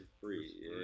free